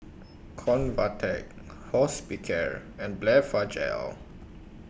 Convatec Hospicare and Blephagel